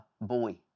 Boy